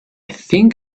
think